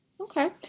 Okay